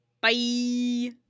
Bye